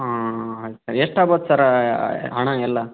ಹಾಂ ಆಯ್ತು ಎಷ್ಟಾಗ್ಬೋದು ಸರ್ ಹಣ ಎಲ್ಲ